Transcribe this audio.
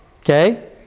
Okay